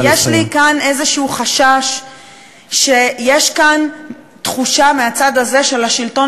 ויש לי כאן איזה חשש שיש כאן תחושה מהצד הזה ש"לשלטון